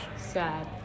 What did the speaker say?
Sad